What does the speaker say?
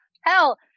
hell